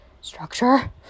structure